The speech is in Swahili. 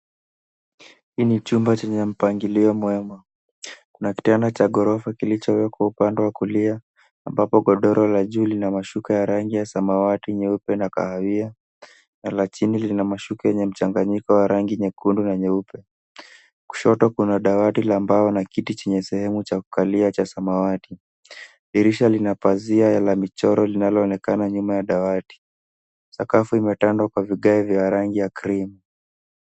Hii ni chumba chenye mpangilio mwema. Kuna kitanda cha ngorofa kilicho wekwa upade wa kulia, amabapo godoro la juu lina mashuka ya rangi ya sawati, nyeupe na kahawia, na la chini lina mashuka yenye mchanganyiko wa rangi nyekundu na nyeupe. Kushoto kuna dawati la mbao na kiti chenye shehemu cha kukalia cha samawati. Dirisha lina pazia la michoro linalo onekana nyuma ya dawati. Sakafu imetandwa kwa vigae vya rangi ya cream .